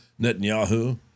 Netanyahu